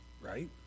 right